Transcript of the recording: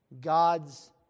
God's